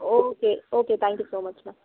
okay okay thank you so much ma'am